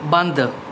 ਬੰਦ